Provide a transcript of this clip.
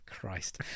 Christ